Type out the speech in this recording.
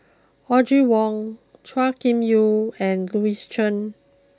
Audrey Wong Chua Kim Yeow and Louis Chen